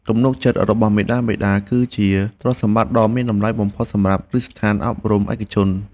ទំនុកចិត្តរបស់មាតាបិតាគឺជាទ្រព្យសម្បត្តិដ៏មានតម្លៃបំផុតសម្រាប់គ្រឹះស្ថានអប់រំឯកជន។